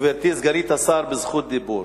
גברתי סגנית השר ברשות דיבור.